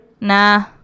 nah